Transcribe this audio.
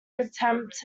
exempt